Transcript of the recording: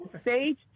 stage